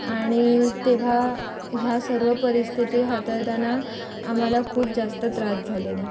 आणि तेव्हा ह्या सर्व परिस्थिती हाताळताना आम्हाला खूप जास्त त्रास झालेला